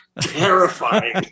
terrifying